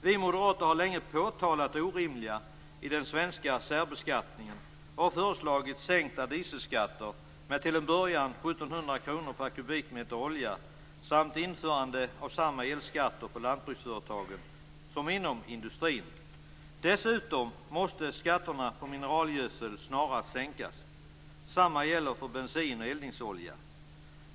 Vi moderater har länge påtalat det orimliga i den svenska särbeskattningen och har föreslagit sänkta dieselskatter med till en början 1 700 kr per kubikmeter olja samt införande av samma elskatter för lantbruksföretag som inom industrin. Dessutom måste skatterna på mineralgödsel snarast sänkas. Samma gäller för bensin och eldningsolja.